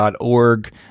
org